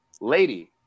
lady